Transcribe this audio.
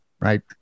right